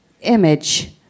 image